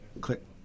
click